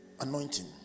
anointing